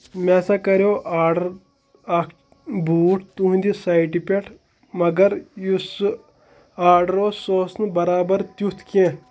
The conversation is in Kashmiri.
مےٚ ہَسا کَریو آڈَر اَکھ بوٗٹھ تُہٕنٛدِ سایٹہِ پٮ۪ٹھ مگر یُس سُہ آڈَر اوس سُہ اوس نہٕ برابر تیُتھ کینٛہہ